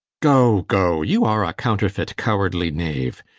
go, go, you are a counterfeit cowardly knaue,